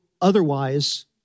otherwise